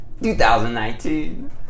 2019